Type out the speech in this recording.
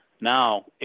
now